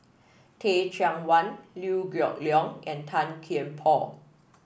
Teh Cheang Wan Liew Geok Leong and Tan Kian Por